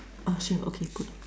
ah sure okay good